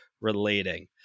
relating